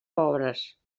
pobres